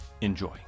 Enjoy